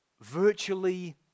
Virtually